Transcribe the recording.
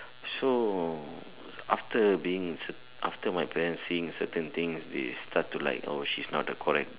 so after being after my parents seeing certain things they start to like oh she's not the correct